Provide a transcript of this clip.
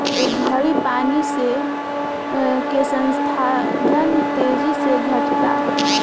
ए घड़ी पानी के संसाधन तेजी से घटता